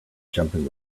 jumping